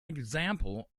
example